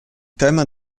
tema